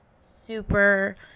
super